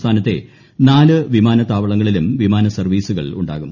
സംസ്ഥാനത്തെ നാല് വിമാനത്താവളങ്ങളിലും വിമാന സർവ്വീസുകൾ ഉണ്ടാകും